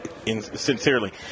Sincerely